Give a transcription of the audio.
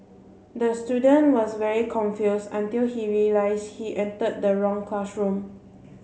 the student was very confuse until he realise he entered the wrong classroom